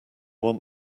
want